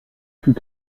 fut